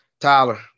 Tyler